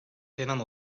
tenen